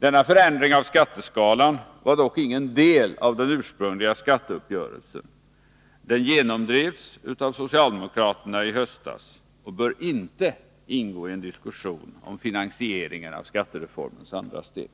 Denna förändring av skatteskalan var dock ingen del av den ursprungliga skatteuppgörelsen — den genomdrevs av socialdemokraterna i höstas och bör inte ingå i en diskussion om finansieringen av skattereformens andra steg.